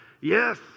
Yes